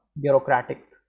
bureaucratic